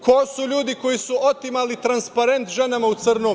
Ko su ljudi koji su otimali transparent „Ženama u crnom“